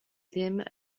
ddim